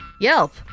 Yelp